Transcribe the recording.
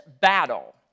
battle